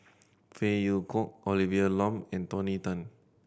Phey Yew Kok Olivia Lum and Tony Tan